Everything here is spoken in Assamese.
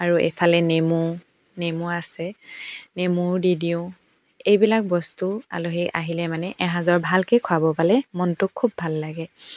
আৰু এফালে নেমু নেমু আছে নেমু দি দিওঁ এইবিলাক বস্তু আলহী আহিলে মানে এসাঁজৰ ভালকৈ খুৱাব পালে মনটো খুব ভাল লাগে